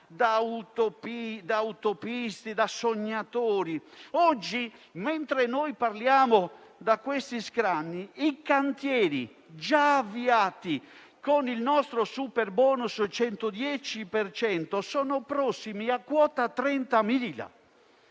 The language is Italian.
utopisti e sognatori. Oggi, mentre noi parliamo da questi scranni, i cantieri già avviati con il nostro superbonus del 110 per cento sono prossimi a quota 30.000.